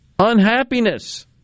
unhappiness